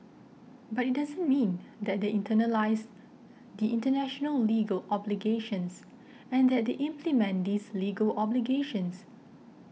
but it doesn't mean that they internalise the international legal obligations and that they implement these legal obligations